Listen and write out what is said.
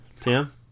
Tim